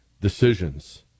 decisions